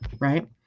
right